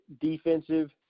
defensive